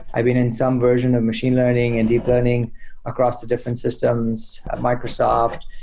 i've been in some version of machine learning and deep learning across the different systems at microsoft.